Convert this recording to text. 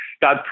God